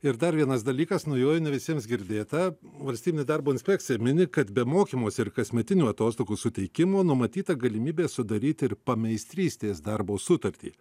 ir dar vienas dalykas naujovė ne visiems girdėta valstybinė darbo inspekcija mini kad be mokymosi ir kasmetinių atostogų suteikimo numatyta galimybė sudaryti ir pameistrystės darbo sutartį